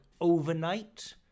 overnight